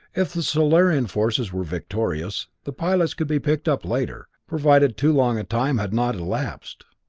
if the solarian forces were victorious, the pilots could be picked up later, provided too long a time had not elapsed!